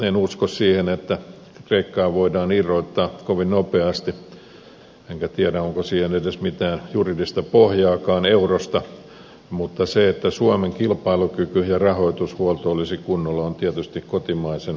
en usko siihen että kreikkaa voidaan irrottaa kovin nopeasti eurosta enkä tiedä onko siihen edes mitään juridista pohjaakaan mutta se että suomen kilpailukyky ja rahoitushuolto olisi kunnossa on tietysti kotimaisen hallituksen vastuulla